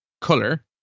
color